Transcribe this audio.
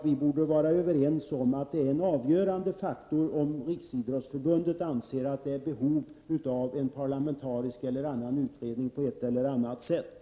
Vi borde vara överens om att det avgörande i sammanhanget är om Riksidrottsförbundet anser att det föreligger behov av en parlamentarisk eller annan utredning på ett eller annat sätt.